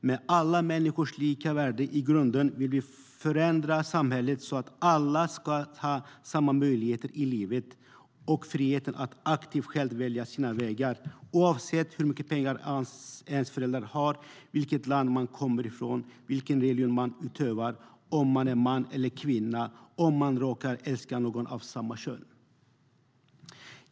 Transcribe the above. Med alla människors lika värde i grunden vill vi förändra samhället så att alla ska få samma möjligheter i livet och friheten att aktivt själva välja sina vägar, oavsett hur mycket pengar föräldrarna har, vilket land man kommer från, vilken religion man utövar, om man är man eller kvinna, om man råkar älska någon av samma kön.